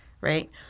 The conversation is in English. right